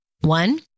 One